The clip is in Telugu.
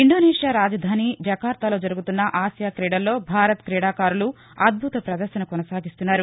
ఇందోనేషియా రాజధాని జకార్తాలో జరుగుతున్న ఆసియా క్రీడలో భారత్ క్రీడాకారులు అద్భుత పదర్శన కొనసాగిస్తున్నారు